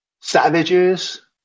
savages